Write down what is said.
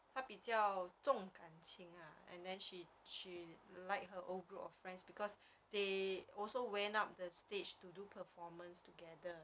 她比较重感情 and then she she liked her old group of friends because they also went up the stage to do performance together